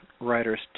writers